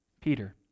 peter